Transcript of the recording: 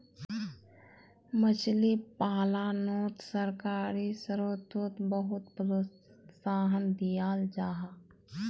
मछली पालानोत सरकारी स्त्रोत बहुत प्रोत्साहन दियाल जाहा